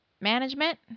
Management